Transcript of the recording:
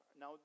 Now